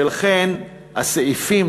ולכן הסעיפים,